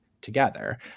together